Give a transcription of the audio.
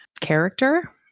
character